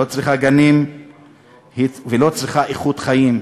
לא צריכה גנים ולא צריכה איכות חיים,